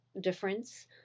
difference